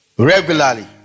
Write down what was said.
Regularly